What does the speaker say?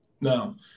No